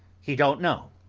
he don't know.